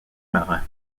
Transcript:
marins